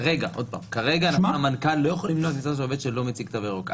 כרגע המנכ"ל לא יכול למנוע כניסה של עובד שלא מציג תו ירוק.